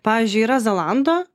pavyzdžiui yra zalando